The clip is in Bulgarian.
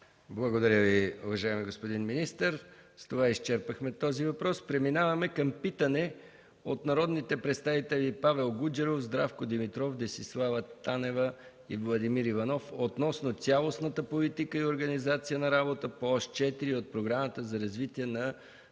Благодаря Ви, уважаеми господин министър. С това изчерпахме този въпрос. Преминаваме към питане от народните представители Павел Гуджеров, Здравко Димитров, Десислава Танева и Владимир Иванов относно цялостната политика и организация на работа по Ос 4 от Програмата за развитие на